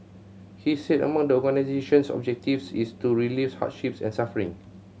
he said among the organisation's objectives is to relieve hardships and suffering